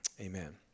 Amen